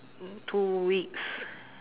like two weeks